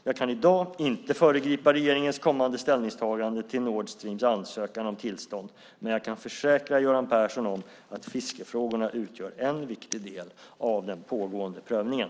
Jag kan i dag inte föregripa regeringens kommande ställningstagande till Nord Streams ansökan om tillstånd, men jag kan försäkra Göran Persson om att fiskefrågorna utgör en viktig del av den pågående prövningen.